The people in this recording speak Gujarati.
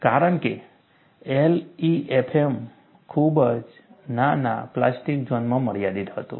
કારણ કે LEFM ખૂબ નાના પ્લાસ્ટિક ઝોનમાં મર્યાદિત હતું